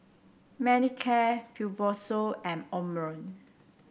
Manicare Fibrosol and Omron